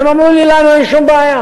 והם אמרו לי: לנו אין שום בעיה,